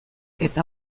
eta